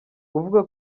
kuvuga